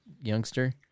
youngster